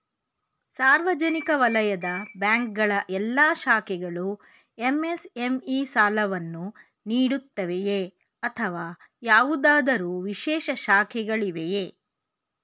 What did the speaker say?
ಸಾರ್ವಜನಿಕ ವಲಯದ ಬ್ಯಾಂಕ್ ಗಳ ಎಲ್ಲಾ ಶಾಖೆಗಳು ಎಂ.ಎಸ್.ಎಂ.ಇ ಸಾಲಗಳನ್ನು ನೀಡುತ್ತವೆಯೇ ಅಥವಾ ಯಾವುದಾದರು ವಿಶೇಷ ಶಾಖೆಗಳಿವೆಯೇ?